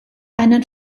einen